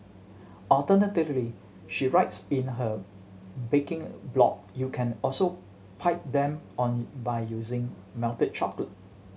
alternatively she writes in her baking blog you can also pipe them on by using melted chocolate